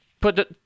put